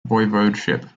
voivodeship